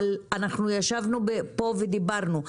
אנחנו ישבנו פה ודיברנו,